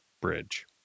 Bridge